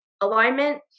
alignment